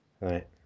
Right